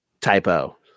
typo